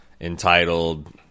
entitled